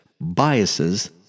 biases